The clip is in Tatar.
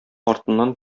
артыннан